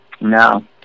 No